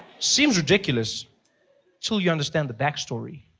seems ridiculous until you understand the back story.